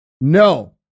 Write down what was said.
No